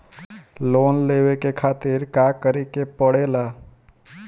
Loan लेवे के खातिर का करे के पड़ेला?